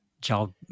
job